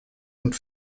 und